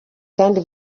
kandi